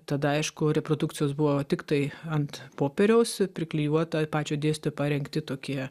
tada aišku reprodukcijos buvo tiktai ant popieriaus priklijuota pačio dėstytojo parengti tokie